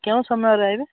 କେଉଁ ସମୟରେ ରହିବେ